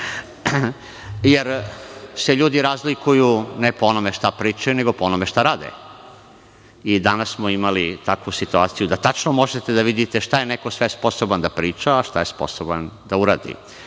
jer se ljudi razlikuju ne po onome što pričaju nego po onome šta rade i danas smo imali takvu situaciju da tačno možete da vidite šta je neko sve sposoban da priča a šta je sposoban da uradi